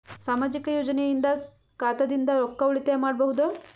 ಸಾಮಾಜಿಕ ಯೋಜನೆಯಿಂದ ಖಾತಾದಿಂದ ರೊಕ್ಕ ಉಳಿತಾಯ ಮಾಡಬಹುದ?